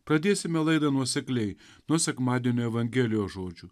pradėsime laidą nuosekliai nuo sekmadienio evangelijos žodžių